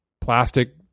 plastic